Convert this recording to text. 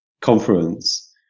conference